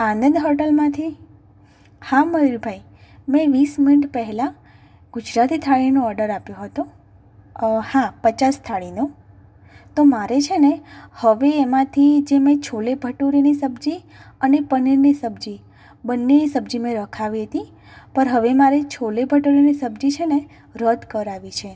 આનંદ હોટલમાંથી હા મયુરભાઈ મેં વીસ મિનીટ પહેલાં ગુજરાતી થાળીનો ઓડર આપ્યો હતો અ હા પચાસ થાળીનો તો મારે છે ને હવે એમાંથી જે મેં છોલે ભટૂરેની સબ્જી અને પનીરની સબ્જી બંને સબ્જી મેં રખાવી હતી પર હવે મારે છોલે ભટૂરેની સબ્જી છે ને રદ કરાવવી છે